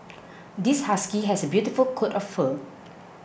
this husky has a beautiful coat of fur